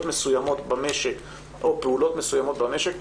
מסוימות במשק או פעולות מסוימות במשק,